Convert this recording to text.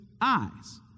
eyes